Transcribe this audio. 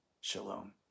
shalom